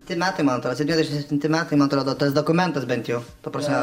tie metai man prasidėjo septyniasdešimt septinti metai man atrodo tas dokumentas bent jau ta prasme